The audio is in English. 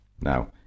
Now